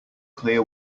clear